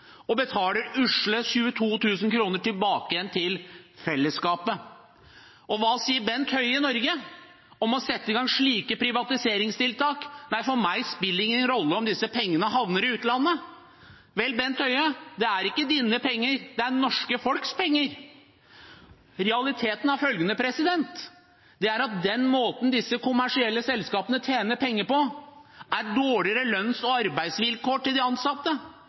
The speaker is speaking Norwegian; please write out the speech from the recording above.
og betaler usle 22 000 kr tilbake igjen til fellesskapet. Hva sier Bent Høie om å sette i gang slike privatiseringstiltak i Norge? Han sier at for ham spiller det ingen rolle om disse pengene havner i utlandet. Til Bent Høie vil jeg si at det er ikke hans penger; det er det norske folks penger. Realiteten er følgende: Måten disse kommersielle selskapene tjener penger på, er å gi dårligere lønns- og arbeidsvilkår til de ansatte.